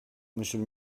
monsieur